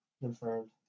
Confirmed